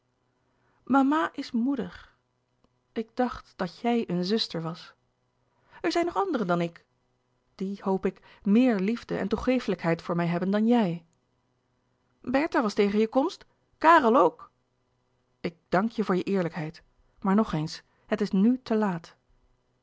mama is moeder ik dacht dat jij een zuster was er zijn nog anderen dan ik die hoop ik meer liefde en toegeeflijkheid voor mij hebben dan jij bertha was tegen je komst karel ook ik dank je voor je eerlijkheid maar nog eens het is nu te laat